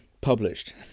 published